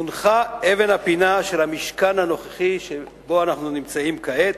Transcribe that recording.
הונחה אבן הפינה של המשכן הנוכחי שבו אנחנו נמצאים כעת,